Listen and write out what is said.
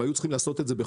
הם היו צריכים לעשות את זה.